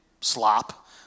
slop